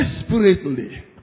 desperately